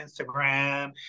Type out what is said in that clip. Instagram